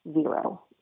zero